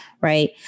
Right